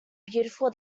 beautiful